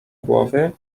głowy